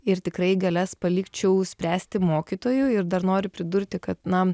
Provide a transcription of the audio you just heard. ir tikrai galias palikčiau spręsti mokytojui ir dar noriu pridurti kad na